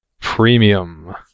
Premium